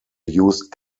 used